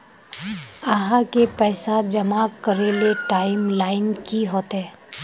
आहाँ के पैसा जमा करे ले टाइम लाइन की होते?